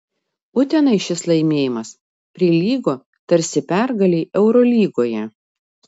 utenai šis laimėjimas prilygo tarsi pergalei eurolygoje